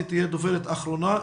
היא תהיה הדוברת האחרונה.